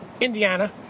Indiana